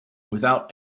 without